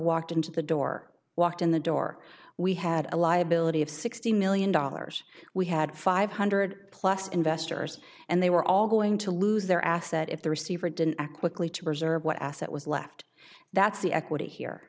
walked into the door walked in the door we had a liability of sixty million dollars we had five hundred plus investors and they were all going to lose their asset if the receiver didn't act quickly to preserve what asset was left that's the equity here